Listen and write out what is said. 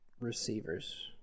receivers